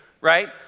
right